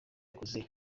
yakoze